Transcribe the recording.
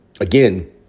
again